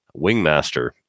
Wingmaster